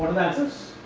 that is